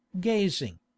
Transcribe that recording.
gazing